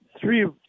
three